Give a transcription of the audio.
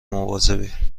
مواظبی